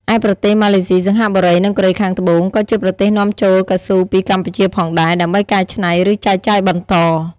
ឯប្រទេសម៉ាឡេស៊ី សិង្ហបុរី និងកូរ៉េខាងត្បូង ក៏ជាប្រទេសនាំចូលកៅស៊ូពីកម្ពុជាផងដែរ ដើម្បីកែច្នៃ ឬចែកចាយបន្ត។